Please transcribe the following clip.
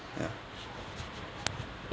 ya